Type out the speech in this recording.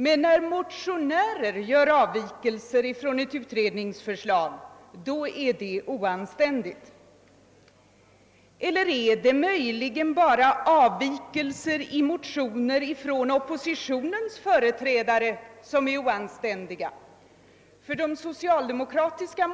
Men när motionärer gör avvikelser från ett utredningsförslag är det oanständigt. Eller är det möjligen bara avvikelser i motioner av oppositionens företrädare som är oanständiga, ty de socialdemokratiska och